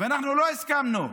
אנחנו לא הסכמנו.